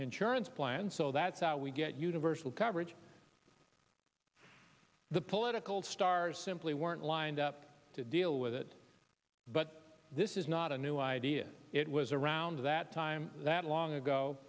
insurance plan so that's how we get universal coverage the political stars simply weren't lined up to deal with it but this is not a new idea it was around that time that long ago